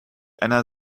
einer